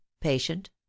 patient